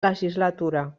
legislatura